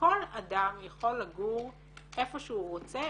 שכל אדם יכול לגור איפה שהוא רוצה,